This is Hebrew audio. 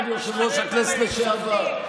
יושב-ראש הכנסת לשעבר.